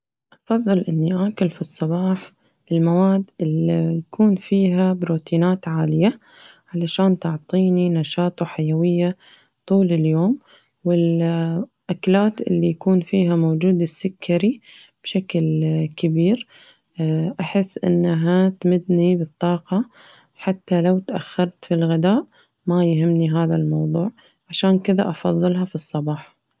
أفضل إني آكل في الصباح المواد اللي يكون فيها بروتينات عالية علشان تعطيني نشاط وحيوية طول اليوم وال الأكلات اللي يكون فيها موجود السكري بشكل كبير أحس إنها تمدني بالطاقة حتى لو تاخرت في الغداء ما يهمني هذا الموضوع عشان كذة أفضلها في الصباح.